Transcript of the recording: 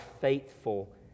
faithful